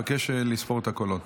45 בעד,